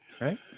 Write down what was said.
right